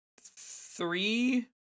three